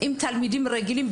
עם תלמידים רגילים.